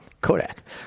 Kodak